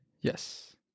yes